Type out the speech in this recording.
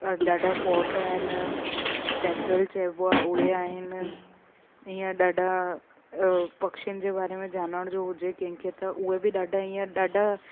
अ ॾाढा फोट आहिनि स्टैपवेल चइबो आहे उहे आहिनि ईअं ॾाढा इहो पक्षियुनि जे बारे में ॼाणण जो हुजे कंहिंखे त उहे बि ॾाढा ईअं ॾाढा